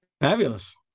Fabulous